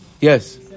Yes